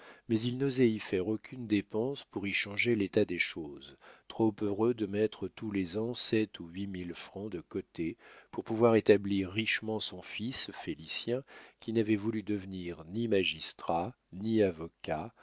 mais il n'osait y faire aucune dépense pour y changer l'état des choses trop heureux de mettre tous les ans sept ou huit mille francs de côté pour pouvoir établir richement son fils félicien qui n'avait voulu devenir ni magistrat ni avocat